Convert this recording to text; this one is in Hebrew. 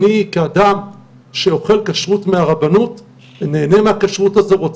אני כאדם שאוכל כשרות מהרבנות ונהנה מהכשרות הזאת אני